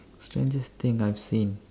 strangest thing I've seen